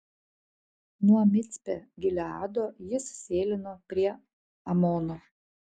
nuo micpe gileado jis sėlino prie amono